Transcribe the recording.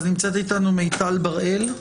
נמצאת איתנו מיטל בר אל,